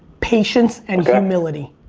patience and humility.